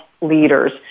leaders